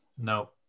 No